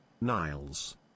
Niles